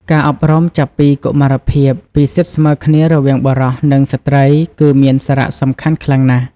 ការអប់រំចាប់ពីកុមារភាពពីសិទ្ធិស្មើគ្នារវាងបុរស និងស្ត្រីគឺមានសារៈសំខាន់ខ្លាំងណាស់។